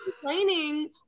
complaining